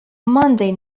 monday